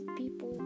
people